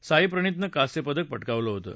साईप्रणितनं कांस्यपदक पटकावलं होतं